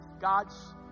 God's